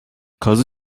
kazı